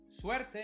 Suerte